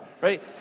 right